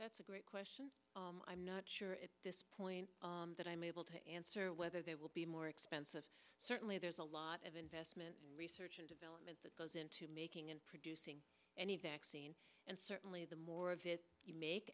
that's a great question i'm not sure at this point that i'm able to answer whether they will be more expensive certainly there's a lot of investment research and development that goes into making and producing anything axion and certainly the more of it you make